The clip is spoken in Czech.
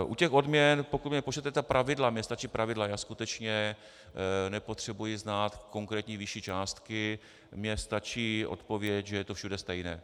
U těch odměn, pokud mi pošlete ta pravidla, mně stačí pravidla, já skutečně nepotřebuji znát konkrétní výši částky, mně stačí odpověď, že je to všude stejné.